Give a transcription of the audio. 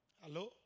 Hello